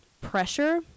pressure